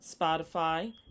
Spotify